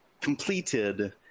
completed